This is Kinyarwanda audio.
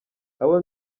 abo